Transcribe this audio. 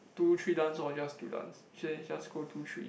two three dance or just two dance she say just go two three